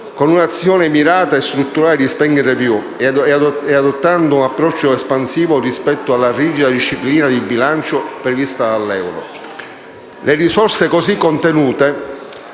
con un'azione mirata e strutturale di *spending review* e adottando un approccio espansivo rispetto alla rigida disciplina di bilancio prevista dall'Europa. Le risorse così ottenute